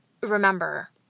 remember